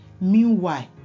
meanwhile